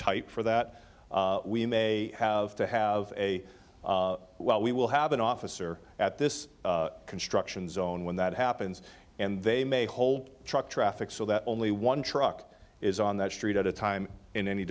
tight for that we may have to have a well we will have an officer at this construction zone when that happens and they may hold truck traffic so that only one truck is on that street at a time in any